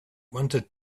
wanted